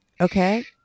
Okay